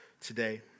today